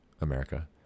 America